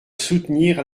soutenir